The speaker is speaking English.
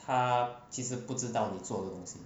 他其实不知道你做的东西